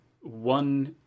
one